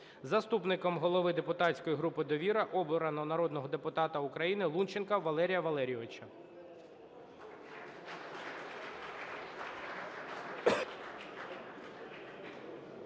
Заступником голови депутатської групи "Довіра" обрано народного депутата України Лунченка Валерія Валерійовича.